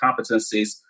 competencies